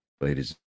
Ladies